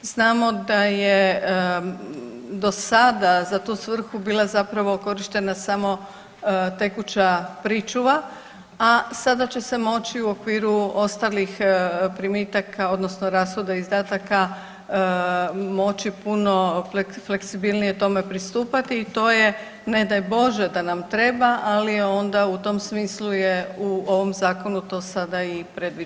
Znamo da je do sada za tu svrhu bila zapravo korištena samo tekuća pričuva, a sada će se moći u okviru ostalih primitaka odnosno rashoda i izdataka moći puno fleksibilnije tome pristupati i to je ne daj Bože da nam treba, ali onda u tom smislu je u ovom zakonu to sada i predviđeno.